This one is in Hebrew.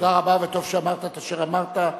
תודה רבה, וטוב שאמרת את אשר אמרת,